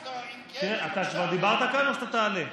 אם כן, אתה כבר דיברת כאן או שתעלה?